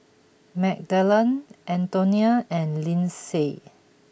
Magdalen Antonia and Lynsey